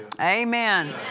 Amen